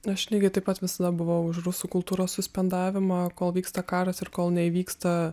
aš lygiai taip pat visada buvau už rusų kultūros suspendavimą kol vyksta karas ir kol neįvyksta